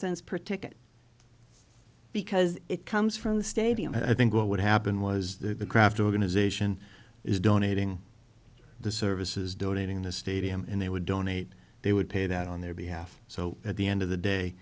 cents per ticket because it comes from the stadium and i think what would happen was that the craft organization is donating the services donating the stadium and they would donate they would pay that on their behalf so at the end of the day